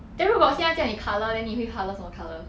then 如果我现在叫你 colour then 你会 colour 什么 colour